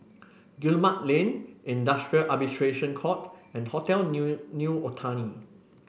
Guillemard Lane Industrial Arbitration Court and Hotel New New Otani